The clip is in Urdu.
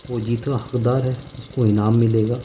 وہ جیت کا حقدار ہے اس کو انعام ملے گا